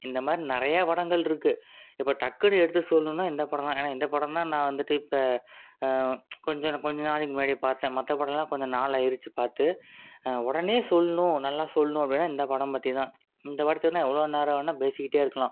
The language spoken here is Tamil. இந்த மாதிரி நிறையா படங்கள் இருக்குது இப்போ டக்குனு எடுத்து சொல்லணும்னா இந்த படம் தான் ஏன்னா இந்த படம் நான் வந்துட்டு இப்போ கொஞ்சம் கொஞ்சம் நாளைக்கு முன்னாடி பார்த்தேன் மற்ற படம்லாம் கொஞ்சம் நாளாயிடுச்சு பார்த்து உடனே சொல்லணும் நல்லா சொல்லணும் அப்படினா இந்த படம் பற்றி தான் இந்த படத்தை வேணுனா எவ்வளோ நேரம் வேணுனா பேசிகிட்டே இருக்கலாம்